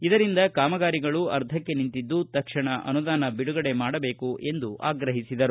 ಇದರಿಂದ ಕಾಮಗಾರಿಗಳು ಅರ್ಧಕ್ಕೆ ನಿಂತಿದ್ದು ತಕ್ಷಣ ಅನುದಾನ ಬಿಡುಗಡೆ ಮಾಡಬೇಕು ಎಂದು ಆಗ್ರಹಿಸಿದರು